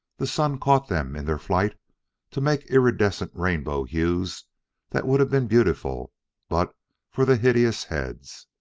the sun caught them in their flight to make iridescent rainbow hues that would have been beautiful but for the hideous heads,